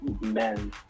men